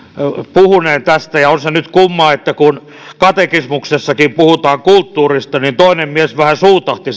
puhuneen että on se nyt kumma että katekismuksessakin puhutaan kulttuurista jolloin toinen mies vähän suutahti